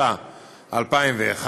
התשס"א 2001,